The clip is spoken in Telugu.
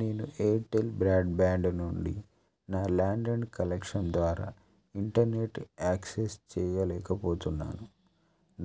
నేను ఎయిర్టెల్ బ్రాడ్బ్యాండ్ నుండి నా ల్యాండ్లైన్ కనెక్షన్ ద్వారా ఇంటర్నెట్ యాక్సెస్ చెయ్యలేకపోతున్నాను